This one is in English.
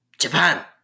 JAPAN